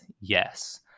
Yes